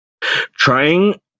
trying